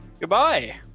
Goodbye